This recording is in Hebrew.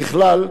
ככלל,